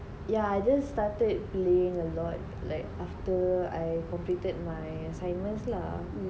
yeah I just started playing a lot like after I completed my assignments lah